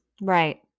right